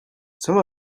some